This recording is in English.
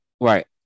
Right